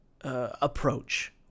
approach